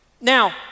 Now